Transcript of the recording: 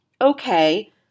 okay